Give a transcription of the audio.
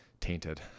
tainted